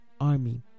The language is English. army